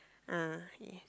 ah yes